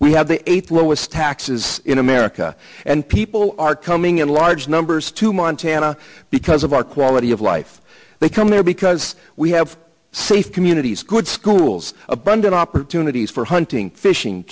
we have the eighth lowest taxes in america and people are coming in large numbers to montana because of our quality of life they come there because we have safe communities good schools abundant opportunities for hunting fishing